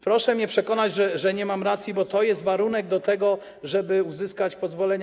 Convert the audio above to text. Proszę mnie przekonać, że nie mam racji, bo to jest warunek do tego, żeby uzyskać pozwolenia.